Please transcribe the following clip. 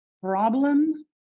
problem